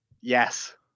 Yes